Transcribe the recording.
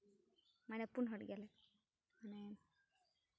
ᱢᱟᱱᱮ ᱯᱩᱱ ᱦᱚᱲ ᱜᱮᱭᱟᱞᱮ ᱢᱟᱱᱮ